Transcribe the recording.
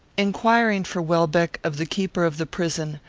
inquiring for welbeck of the keeper of the prison,